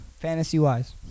Fantasy-wise